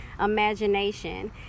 imagination